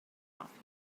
coffee